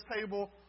table